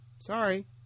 sorry